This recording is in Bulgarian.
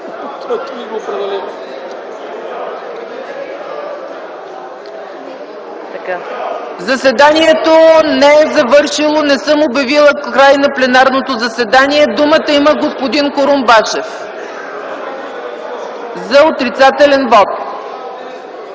Заседанието не е завършило, не съм обявила края на пленарното заседание. Думата има господин Курумбашев.